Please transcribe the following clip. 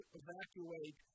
evacuate